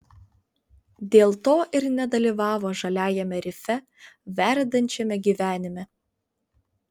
dėl to ir nedalyvavo žaliajame rife verdančiame gyvenime